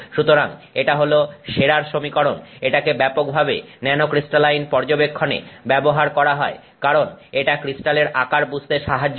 সুতরাং এটা হল শেরার সমীকরণ এটাকে ব্যাপকভাবে ন্যানোক্রিস্টালাইন পর্যবেক্ষণে ব্যবহার করা হয় কারণ এটা ক্রিস্টালের আকার বুঝতে সাহায্য করে